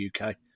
UK